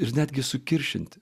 ir netgi sukiršinti